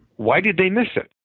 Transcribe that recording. why did they miss it?